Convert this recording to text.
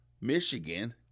Michigan